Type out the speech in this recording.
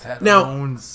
Now